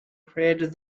created